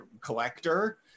collector